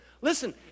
Listen